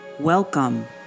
Welcome